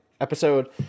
episode